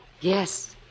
yes